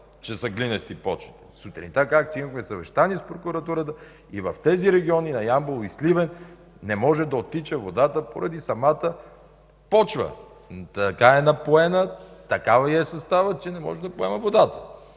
че са глинести почвите. Сутринта, казах, че имахме съвещание с прокуратурата и в тези региони – на Ямбол и на Сливен, водата не може да оттича поради самата почва. Така е напоена, такъв й е съставът, че не може да поема водата.